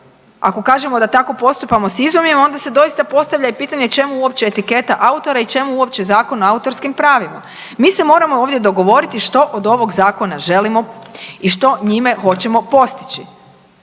ako kažemo da tako postupamo s izumima onda se doista i postavlja pitanje čemu uopće etiketa autora i čemu uopće Zakon o autorskim pravima. Mi se moramo ovdje dogovoriti što od ovog zakona želimo i što njime hoćemo postići.